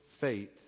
faith